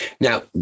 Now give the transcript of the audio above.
Now